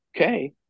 Okay